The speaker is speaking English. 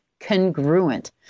Congruent